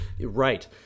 Right